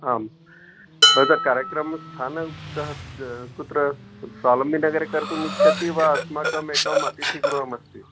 आं भवतः कार्यक्रमस्थानं कः कुत्र स्वावलम्बितनगरे कर्तुमिच्छति वा अस्माकम् एकम् अतिथिगृहमस्ति